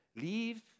leave